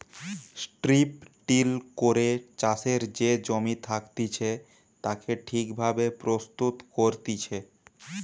strip till করে চাষের যে জমি থাকতিছে তাকে ঠিক ভাবে প্রস্তুত করতিছে